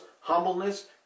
humbleness